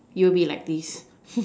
you will be like this